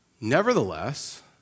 Nevertheless